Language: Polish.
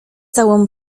całą